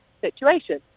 situation